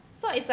so it's like